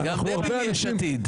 רגע, גם דבי מיש עתיד.